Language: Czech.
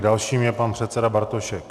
Dalším je pan předseda Bartošek.